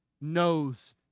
knows